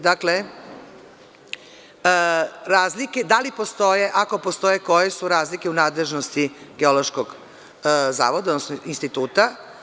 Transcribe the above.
Dakle, da li postoje, ako postoje, koje su razlike u nadležnosti Geološkog zavoda, odnosno instituta?